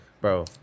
bro